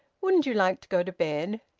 wouldn't you like to go to bed?